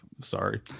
Sorry